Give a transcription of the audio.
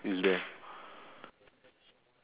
ya the pants should be green right